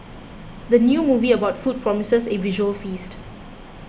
the new movie about food promises a visual feast